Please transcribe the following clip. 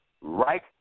right